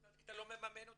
משרד הקליטה לא מממן אותם.